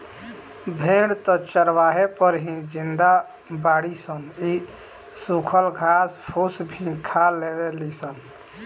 भेड़ त चारवे पर ही जिंदा बाड़ी सन इ सुखल घास फूस भी खा लेवे ली सन